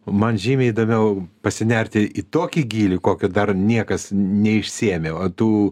man žymiai įdomiau pasinerti į tokį gylį kokio dar niekas neišsiėmė o tu